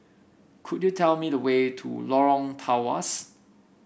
could you tell me the way to Lorong Tawas